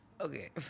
Okay